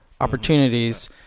opportunities